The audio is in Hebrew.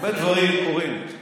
הרבה דברים קורים.